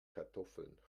kartoffeln